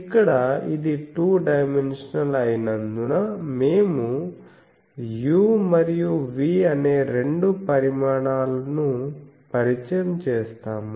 ఇక్కడ ఇది two dimensional అయినందున మేము u మరియు v అనే రెండు పరిమాణాలను పరిచయం చేస్తాము